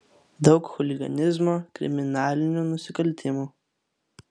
daug chuliganizmo kriminalinių nusikaltimų